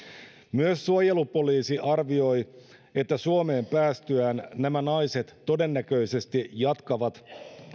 myös suojelupoliisi arvioi että suomeen päästyään nämä naiset todennäköisesti jatkavat